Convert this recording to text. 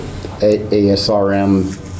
ASRM